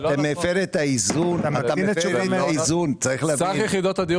אתם מפרים את האיזון --- סך יחידות הדיור